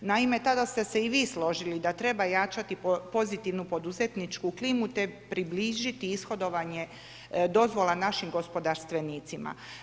Naime, tada ste se i vi složili da treba jačati pozitivnu poduzetničku klimu te približiti ishodovanje dozvola našim gospodarstvenicima.